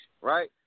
right